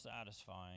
satisfying